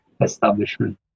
establishment